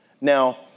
Now